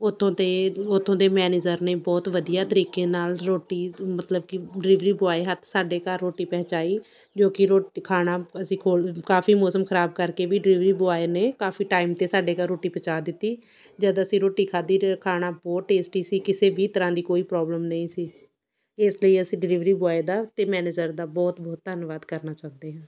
ਉਤੋਂ ਤੇ ਉਥੋਂ ਦੇ ਮੈਨੇਜਰ ਨੇ ਬਹੁਤ ਵਧੀਆ ਤਰੀਕੇ ਨਾਲ ਰੋਟੀ ਮਤਲਬ ਕਿ ਡਿਲੀਵਰੀ ਬੋਆਏ ਹੱਥ ਸਾਡੇ ਘਰ ਰੋਟੀ ਪਹੁੰਚਾਈ ਜੋ ਕਿ ਰੋਟੀ ਖਾਣਾ ਅਸੀਂ ਕੋਲ ਕਾਫੀ ਮੌਸਮ ਖਰਾਬ ਕਰਕੇ ਵੀ ਡਿਲੀਵਰੀ ਬੋਆਏ ਨੇ ਕਾਫੀ ਟਾਈਮ 'ਤੇ ਸਾਡੇ ਘਰ ਰੋਟੀ ਪਹੁੰਚਾ ਦਿੱਤੀ ਜਦ ਅਸੀਂ ਰੋਟੀ ਖਾਧੀ ਰ ਖਾਣਾ ਬਹੁਤ ਟੇਸਟੀ ਸੀ ਕਿਸੇ ਵੀ ਤਰ੍ਹਾਂ ਦੀ ਕੋਈ ਪ੍ਰੋਬਲਮ ਨਹੀਂ ਸੀ ਇਸ ਲਈ ਅਸੀਂ ਡਿਲੀਵਰੀ ਬੋਆਏ ਦਾ ਅਤੇ ਮੈਨੇਜਰ ਦਾ ਬਹੁਤ ਬਹੁਤ ਧੰਨਵਾਦ ਕਰਨਾ ਚਾਹੁੰਦੇ ਹਾਂ